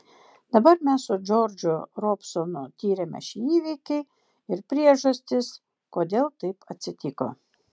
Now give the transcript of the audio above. dabar mes su džordžu robsonu tiriame šį įvykį ir priežastis kodėl taip atsitiko